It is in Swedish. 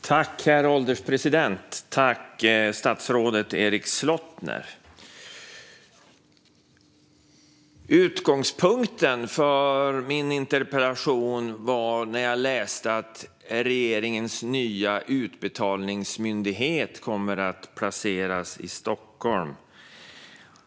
Herr ålderspresident! Jag tackar statsrådet Erik Slottner. Jag läste att regeringens nya utbetalningsmyndighet kommer att placeras i Stockholm, och det är därför utgångspunkten för min interpellation.